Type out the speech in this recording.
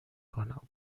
کنم